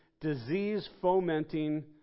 disease-fomenting